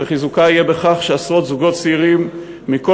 וחיזוקה יהיה בכך שעשרות זוגות צעירים מכל